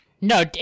No